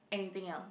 anything else